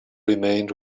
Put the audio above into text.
remained